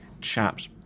chaps